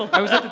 i was